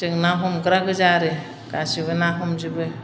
जों ना हमग्रा गोजा आरो गासैबो ना हमजोबो